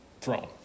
throne